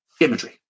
imagery